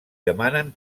demanen